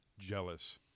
jealous